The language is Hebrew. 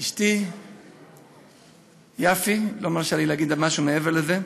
אשתי יפי, היא לא מרשה להגיד משהו מעבר לזה,